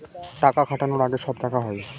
টাকা খাটানোর আগে সব দেখা হয়